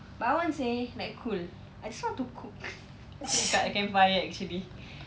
but I want seh like cool I just want to cook dekat campfire ah actually